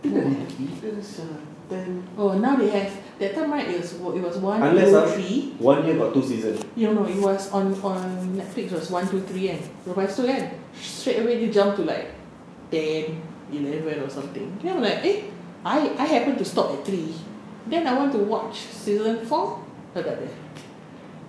no ah oh now they have that time right is was it was one two three eh no netflix was one two three and lepas itu kan straightaway they jump to like ten eleven or something then I'm like eh I I happen to stop at three then I want to watch season four tak ada